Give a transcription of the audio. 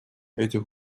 этих